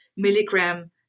milligram